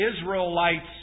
Israelites